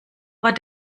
war